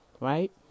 right